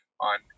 on